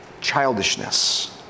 Childishness